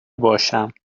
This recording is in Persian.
باشم